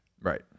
Right